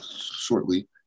shortly